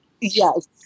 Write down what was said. Yes